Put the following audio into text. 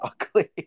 ugly